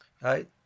right